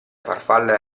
farfalla